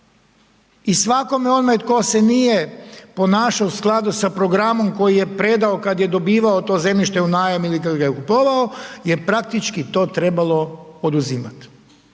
I svakome onaj tko se nije ponašao u skladu sa programom koji je predao kada je dobivao to zemljište u najam ili kada ga je kupovao je praktički to trebalo oduzimati.